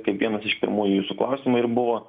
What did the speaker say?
kaip vienas iš pirmųjų jūsų klausimų ir buvo